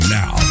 now